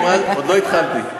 עוד לא התחלתי.